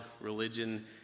religion